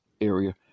area